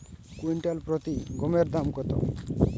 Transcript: Quintal প্রতি গমের দাম কত?